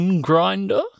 grinder